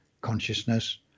consciousness